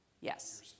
Yes